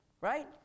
right